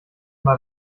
mal